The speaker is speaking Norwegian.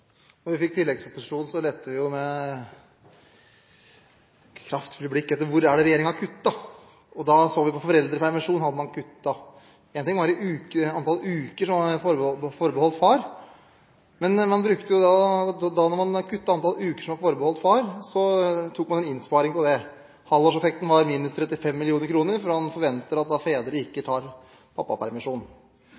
når det gjelder det endelige budsjettet. Da vi fikk tilleggsproposisjonen, lette vi med kraftfulle blikk etter hvor det var regjeringen hadde kuttet, og da så vi at man hadde kuttet i foreldrepermisjonen. En ting var i antall uker som var forbeholdt far, men man tok jo da man kuttet i antall uker som var forbeholdt far, innsparing på det. Halvårseffekten var minus 35 mill. kr, for man forventer at fedre da ikke